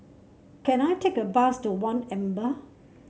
can I take a bus to One Amber